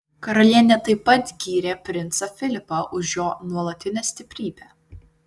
karalienė taip pat gyrė princą filipą už jo nuolatinę stiprybę